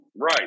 right